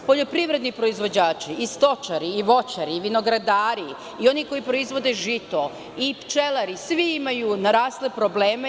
Poljoprivredni proizvođači i stočari i voćari i vinogradari i oni koji proizvode žito i pčelari, svi imaju narasle probleme.